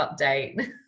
update